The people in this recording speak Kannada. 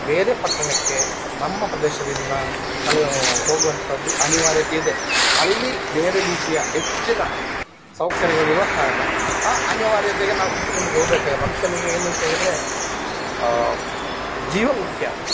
ಬೇರೆ ಪಟ್ಟಣಕ್ಕೆ ನಮ್ಮ ಪ್ರದೇಶದಿಂದ ಹೋಗುವಂತದ್ದು ಅನಿವಾರ್ಯತೆ ಇದೆ ಅಲ್ಲಿ ಬೇರೆ ರೀತಿಯ ಹೆಚ್ಚಿನ ಸೌಕರ್ಯಗಳಿರೋ ಕಾರಣ ಆ ಅನಿವಾರ್ಯತೆಗೆ ನಾವು ಒಗ್ಗಿಕೊಂಡು ಹೋಬೇಕಾಗತ್ತೆ ಮನುಷ್ಯನಿಗೆ ಏನು ಅಂತ್ಹೇಳಿದ್ರೆ ಜೀವ ಮುಖ್ಯ